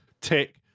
tick